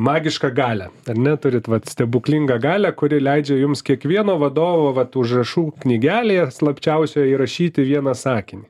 magišką galią ar ne turit vat stebuklingą galią kuri leidžia jums kiekvieno vadovo vat užrašų knygelėje slapčiausioj įrašyti vieną sakinį